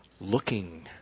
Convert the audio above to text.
looking